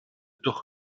durch